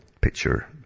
picture